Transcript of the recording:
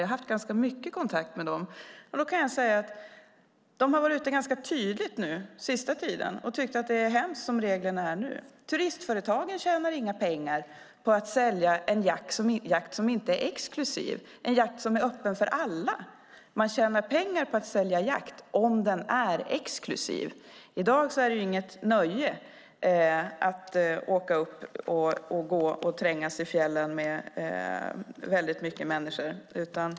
Jag har haft ganska mycket kontakt med dem, och jag kan säga att de har varit ganska tydliga på sista tiden med att de tycker att det är hemskt som reglerna är nu. Turismföretagen tjänar inga pengar på att sälja en jakt som inte är exklusiv, alltså en jakt som är öppen för alla. Man tjänar pengar på att sälja jakt om den är exklusiv. I dag är det inget nöje att åka upp och gå och trängas i fjällen med väldigt mycket människor.